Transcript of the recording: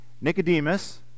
Nicodemus